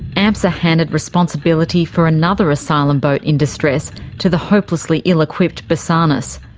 amsa handed responsibility for another asylum boat in distress to the hopelessly ill-equipped basarnas.